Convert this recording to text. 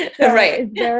Right